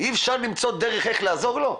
אי אפשר למצוא דרך איך לעזור לו?